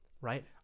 right